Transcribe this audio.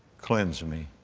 cleanse me.